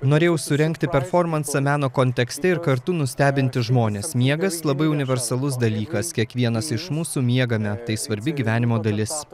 norėjau surengti performansą meno kontekste ir kartu nustebinti žmones miegas labai universalus dalykas kiekvienas iš mūsų miegame tai svarbi gyvenimo dalis